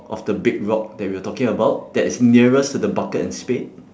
of the big rock that we are talking about that is nearest to the bucket and spade